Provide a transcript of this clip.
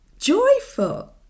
joyful